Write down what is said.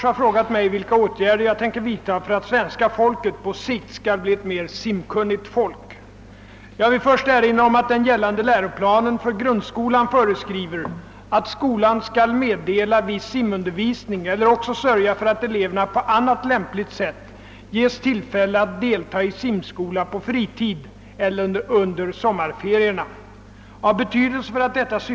Herr talman!